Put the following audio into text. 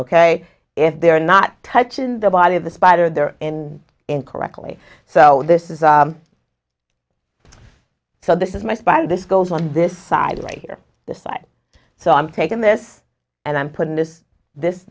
ok if they're not touching the body of the spider they're in incorrectly so this is so this is my spine this goes on this side right here the side so i'm taking this and i'm putting this this